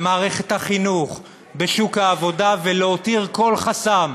במערכת החינוך, בשוק העבודה, ולהתיר כל חסם,